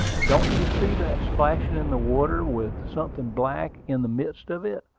don't you see that splashing in the water, with something black in the midst of it?